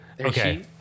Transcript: okay